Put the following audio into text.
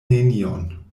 nenion